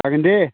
जागोन दे